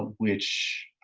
which